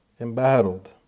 embattled